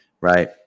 Right